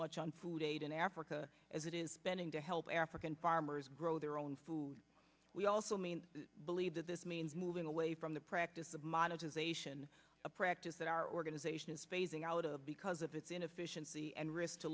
much on food aid in africa as it is spending to help african farmers grow their own food we also mean believe that this means moving away from the practice of monetization a practice that our organization is phasing out of because of its inefficiency and risks to